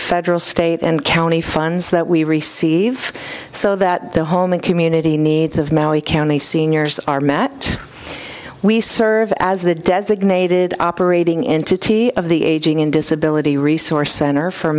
federal state and county funds that we receive so that the home and community needs of maui county seniors are met we serve as the designated operating into t of the aging in disability resource center for